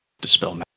dispel